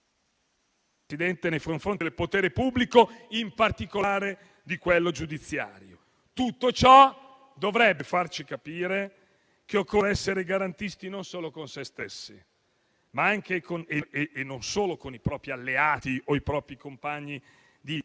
dei cittadini nei confronti del potere pubblico, in particolare di quello giudiziario. Tutto ciò dovrebbe farci capire che occorre essere garantisti, non solo con se stessi e non solo con i propri alleati o con i propri compagni di